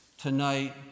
Tonight